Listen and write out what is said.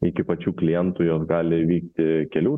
iki pačių klientų jos gali vykti kelių